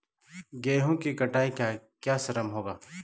गेहूँ की कटाई का क्या श्रम होगा?